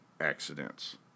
accidents